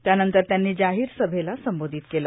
त्यानंतर त्यांनी जाहीर सभेला संबोधित केलं